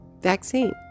vaccine